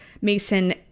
mason